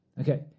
okay